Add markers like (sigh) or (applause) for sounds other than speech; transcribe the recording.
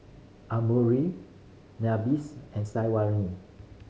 (unintelligible) Nabis and (unintelligible)